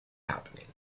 happening